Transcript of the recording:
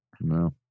No